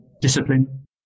discipline